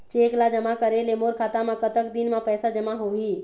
Cheque ला जमा करे ले मोर खाता मा कतक दिन मा पैसा जमा होही?